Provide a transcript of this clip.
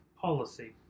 policy